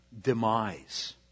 demise